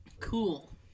Cool